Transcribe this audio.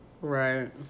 Right